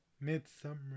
Midsummer